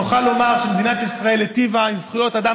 נוכל לומר שמדינת ישראל היטיבה עם זכויות אדם